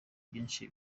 byinshi